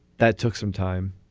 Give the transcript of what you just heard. that took some time.